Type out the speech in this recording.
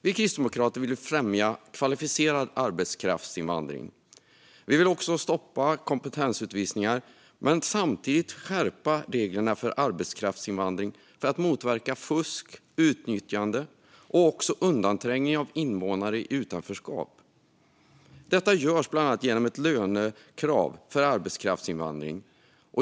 Vi kristdemokrater vill främja invandring av kvalificerad arbetskraft. Vi vill också stoppa kompetensutvisningarna men samtidigt skärpa reglerna för arbetskraftsinvandring för att motverka fusk, utnyttjande och undanträngning av invånare i utanförskap. Detta görs bland annat genom ett lönekrav för arbetskraftsinvandring.